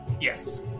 yes